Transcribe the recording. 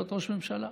להיות ראש ממשלה.